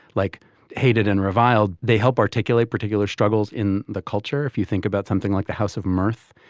like hated and reviled. they help articulate particular struggles in the culture. if you think about something like the house of mirth,